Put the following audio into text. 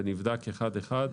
הן נבדקות אחת-אחת.